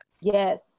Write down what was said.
Yes